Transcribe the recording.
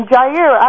Jair